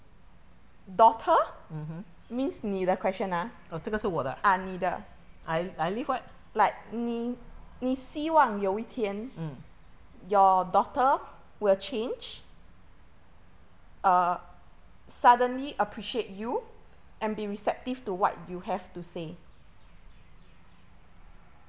mmhmm 哦这个是我的啊 I I live what mm